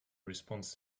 response